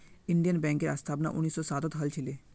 Indian बैंकेर स्थापना उन्नीस सौ सातत हल छिले